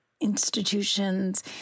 institutions